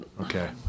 Okay